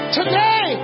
today